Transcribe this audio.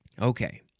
okay